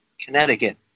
Connecticut